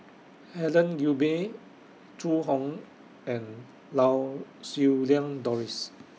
Helen Gilbey Zhu Hong and Lau Siew Lang Doris